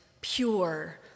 pure